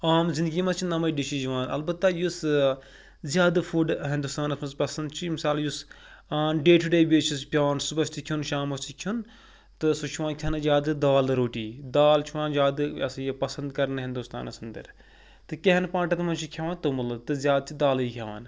عام زِندگی منٛز چھِ نَمٕے ڈِشِز یِوان البتہ یُس زیادٕ فُڈ ہِندُستانَس منٛز پَسنٛد چھُ مِثال یُس on day to day basis پیٚوان صُبحس تہِ کھیٚون شامَس تہِ کھیٚون تہٕ سُہ چھُ یِوان کھیٚنہٕ زیادٕ دال روٹی دال چھُ یِوان زیادٕ یہِ ہَسا یہِ پَسنٛد کَرنہٕ ہِندوستانَس اَندَر تہٕ کینٛہَن پانٛٹَن منٛز چھِ کھٮ۪وان توٚمُلہٕ تہٕ زیادٕ چھِ دالٕے کھٮ۪وان